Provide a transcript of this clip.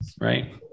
Right